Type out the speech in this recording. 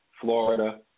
Florida